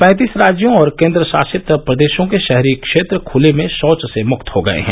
पैंतीस राज्यों और केन्द्र शासित प्रदेशों के शहरी क्षेत्र खूले में शौच से मुक्त हो गये हैं